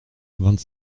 vingt